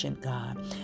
God